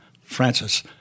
Francis